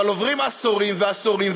אבל עוברים עשורים ועשורים,